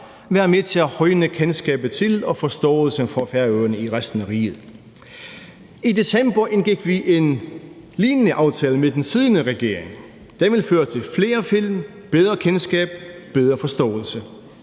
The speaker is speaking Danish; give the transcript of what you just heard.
været med til at højne kendskabet til og forståelsen for Færøerne i resten af riget. I december indgik vi en lignende aftale med den siddende regering. Den vil føre til flere film, bedre kendskab og bedre forståelse.